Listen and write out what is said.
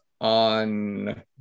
on